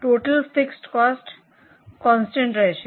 total fix cost constant રહેશે